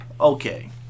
Okay